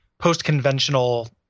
post-conventional